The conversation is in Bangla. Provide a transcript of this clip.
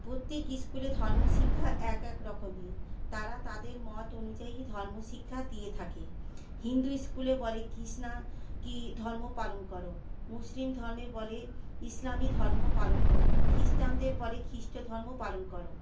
প্রত্যেক স্কুলের ধর্ম শিক্ষা এক এক রকমই তারা তাদের মত অনুযায়ী ধর্ম শিক্ষা দিয়ে থাকে হিন্দু স্কুলে বলে কৃষ্ণা কি ধর্ম পালন করো মুসলিম ধর্মে বলে ইসলামী ধর্ম পালন করো খ্রিষ্টানদের বলার খ্রিষ্টধর্ম পালন করো